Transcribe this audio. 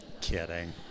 Kidding